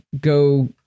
go